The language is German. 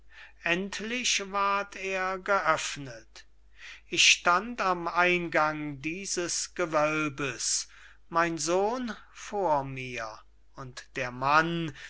endlich ward er geöffnet ich stand am eingang dieses gewölbes mein sohn vor mir und der mann